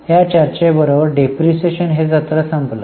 या चर्चेबरोबर डिप्रीशीएशन हे सत्र संपल